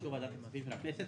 ובאישור ועדת הכספים של הכנסת,